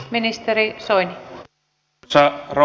arvoisa rouva puhemies